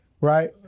right